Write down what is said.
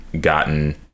gotten